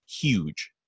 huge